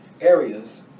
areas